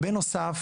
בנוסף,